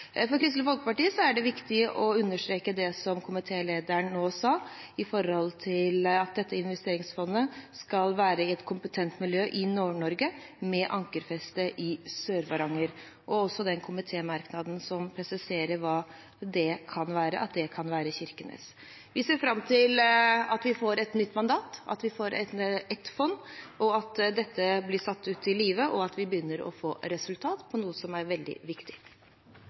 For Kristelig Folkeparti er det viktig å understreke det som komitélederen nå sa om at dette investeringsfondet skal være i «et kompetent miljø i Nord-Norge, med ankerfeste i Sør-Varanger», og også den komitémerknaden som presiserer hvor det kan være, at det kan være i Kirkenes. Vi ser fram til at vi får et nytt mandat, at vi får ett fond, at dette blir satt ut i livet, og at vi begynner å få resultater av noe som er veldig viktig.